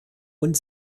und